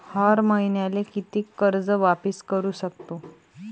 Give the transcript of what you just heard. हर मईन्याले कितीक कर्ज वापिस करू सकतो?